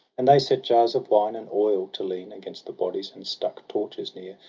and they set jars of wine and oil to lean against the bodies, and stuck torches near,